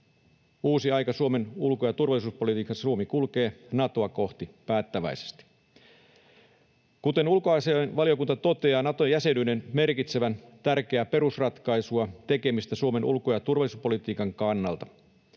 uusi aika Suomen ulko- ja turvallisuuspolitiikassa. Suomi kulkee Natoa kohti päättäväisesti, kuten ulkoasiainvaliokunta toteaa Nato-jäsenyyden merkitsevän tärkeää perusratkaisun tekemistä Suomen ulko- ja turvallisuuspolitiikan kannalta.